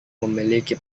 memiliki